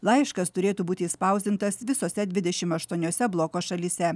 laiškas turėtų būti išspausdintas visose dvidešim aštuoniose bloko šalyse